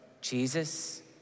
Jesus